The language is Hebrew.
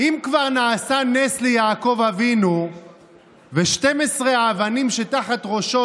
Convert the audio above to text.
אם כבר נעשה נס ליעקב אבינו ו-12 האבנים שתחת ראשו